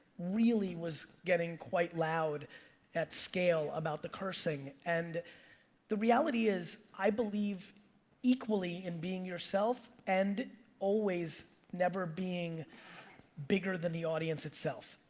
really was getting quite loud at scale about the cursing. and the reality is i believe equally in being yourself and always never being bigger than the audience itself.